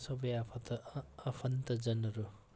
सबै आफन्त आफन्तजनहरू